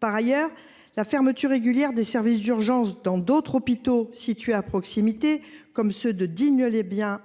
Par ailleurs, la fermeture régulière des services d’urgences d’autres hôpitaux situés à proximité, comme ceux de Digne les Bains